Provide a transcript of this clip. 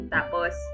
Tapos